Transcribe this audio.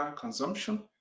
consumption